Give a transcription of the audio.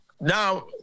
now